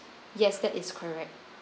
yes that is correct